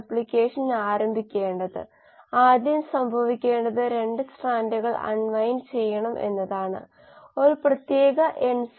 അതുപോലെ Aൽ നിന്നും C ലേക്ക് പോകുന്നു ഇത് നമ്മൾ ഒരു രാസപ്രവർത്തനമായി പരിഗണിക്കാൻ പോകുന്നു കാരണം A C ആയിത്തീർന്നു A പുറത്തേക്ക് മാറിയിട്ടില്ല